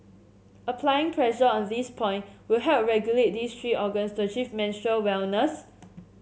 applying pressure on this point will help regulate these three organs to achieve menstrual wellness